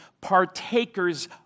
partakers